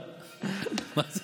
אחמד, מה זה?